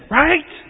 right